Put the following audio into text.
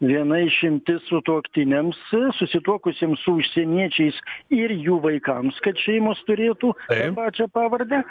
viena išimtis sutuoktiniams susituokusiems su užsieniečiais ir jų vaikams kad šeimos turėtų tą pačią pavardę